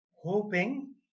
hoping